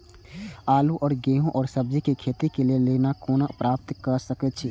आलू और गेहूं और सब्जी के खेती के लेल ऋण कोना प्राप्त कय सकेत छी?